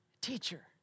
teacher